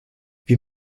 wir